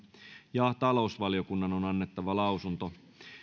ja talousvaliokunnan on annettava lausunto